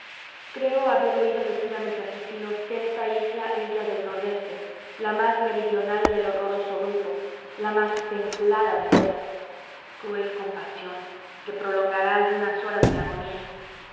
creo haber oído decir a mis asesinos que esta isla es la del nordeste la más meridional del horroroso grupo la más templada de todas cruel compasión que prolongará algunas horas mi agonía